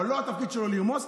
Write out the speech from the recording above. אבל לא התפקיד שלו לרמוס.